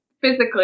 physically